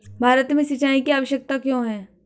भारत में सिंचाई की आवश्यकता क्यों है?